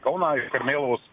kauną iš karmėlavos